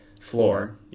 floor